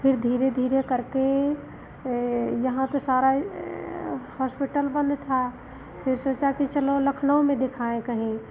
फिर धीरे धीरे करके यह यहाँ पर सारा होस्पिटल बंद था फिर सोचा की चलो लखनऊ में दिखाएँ कहीं